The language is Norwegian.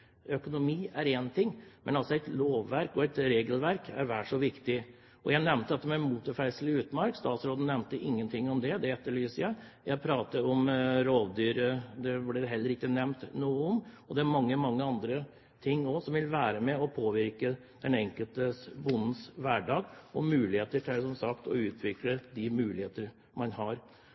Økonomi er én ting, men et lovverk og et regelverk er vel så viktig. Jeg nevnte motorferdsel i utmark. Statsråden nevnte ingenting om det. Det etterlyser jeg. Jeg pratet om rovdyr. Det ble det heller ikke nevnt noe om. Og det er mange, mange andre ting også som vil være med og påvirke den enkelte bondes hverdag og muligheter – som sagt, utvikle de muligheter man har.